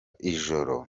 ijoro